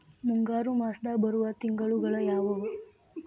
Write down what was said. ಮುಂಗಾರು ಮಾಸದಾಗ ಬರುವ ತಿಂಗಳುಗಳ ಯಾವವು?